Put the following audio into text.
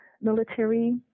military